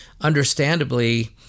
understandably